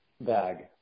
bag